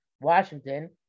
Washington